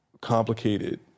complicated